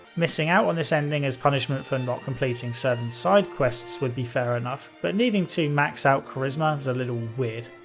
missing out on this ending as punishment for not completing certain side quests would be fair enough, but needing to max out charisma is a little weird.